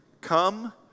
come